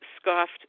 scoffed